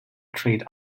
trade